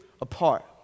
apart